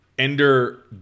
Ender